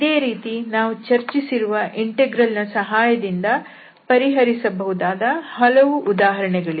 ಇದೇ ರೀತಿ ನಾವು ಚರ್ಚಿಸಿರುವ ಇಂಟೆಗ್ರಲ್ ನ ಸಹಾಯದಿಂದ ಪರಿಹರಿಸಬಹುದಾದ ಹಲವು ಉದಾಹರಣೆಗಳಿವೆ